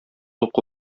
уку